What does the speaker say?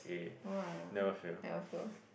!wah! never fail